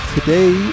Today